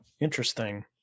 Interesting